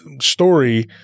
story